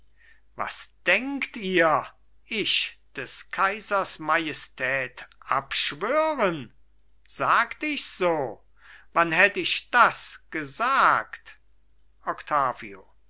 was denkt ihr ich des kaisers majestät abschwören sagt ich so wann hätt ich das gesagt